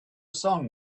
song